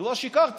מדוע שיקרתם?